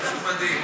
זה פשוט מדהים.